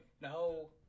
No